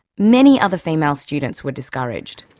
many other female students were discouraged.